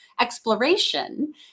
exploration